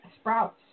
sprouts